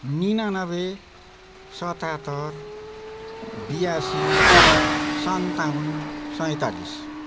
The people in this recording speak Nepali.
निनानब्बे सतहत्तर बयासी सन्ताउन्न सैँतालिस